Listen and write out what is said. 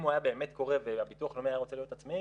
אם הוא היה באמת קורה והביטוח הלאומי היה רוצה להיות עצמאי,